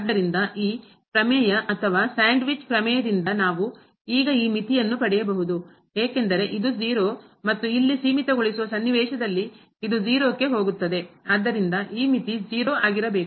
ಆದ್ದರಿಂದ ಈ ಪ್ರಮೇಯ ಅಥವಾ ಸ್ಯಾಂಡ್ವಿಚ್ ಪ್ರಮೇಯದಿಂದ ನಾವು ಈಗ ಈ ಮಿತಿಯನ್ನು ಪಡೆಯಬಹುದು ಏಕೆಂದರೆ ಇದು 0 ಮತ್ತು ಇಲ್ಲಿ ಸೀಮಿತಗೊಳಿಸುವ ಸನ್ನಿವೇಶದಲ್ಲಿ ಇದು 0 ಕ್ಕೆ ಹೋಗುತ್ತದೆ ಆದ್ದರಿಂದ ಈ ಮಿತಿ 0 ಆಗಿರಬೇಕು